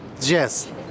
Yes